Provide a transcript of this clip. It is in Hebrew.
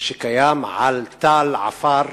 על תל עפר.